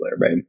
right